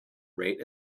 rate